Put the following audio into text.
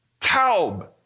Taub